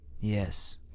Yes